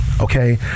okay